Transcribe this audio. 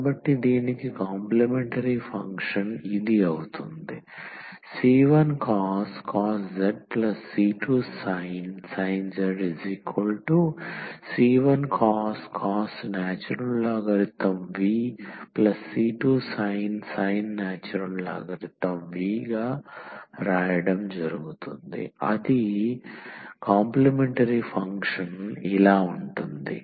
కాబట్టి దీనికి complementary function ఇది అవుతుంది c1cos z c2sin z c1cos c2sin అది కాంప్లిమెంటరీ ఫంక్షన్ ఇలా ఉంటుంది